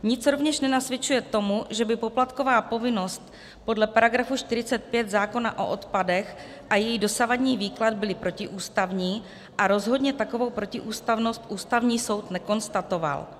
Nic rovněž nenasvědčuje tomu, že by poplatková povinnost podle § 45 zákona o odpadech a její dosavadní výklad byly protiústavní a rozhodně takovou protiústavnost Ústavní soud nekonstatoval.